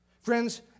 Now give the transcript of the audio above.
Friends